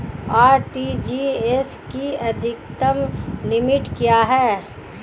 RTGS की अधिकतम limit क्या है?